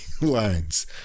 lines